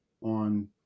on